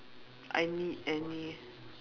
I need any